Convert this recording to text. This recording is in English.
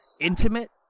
intimate